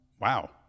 Wow